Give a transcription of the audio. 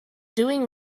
doing